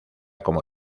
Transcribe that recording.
como